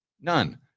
None